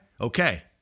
okay